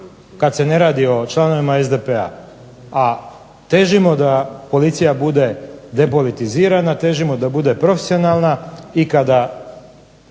Kad se ne radi o članovima SDP-a. A težimo da policija bude depolitizirana, težimo da bude profesionalna i kada